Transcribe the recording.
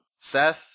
Seth